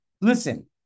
Listen